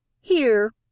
Here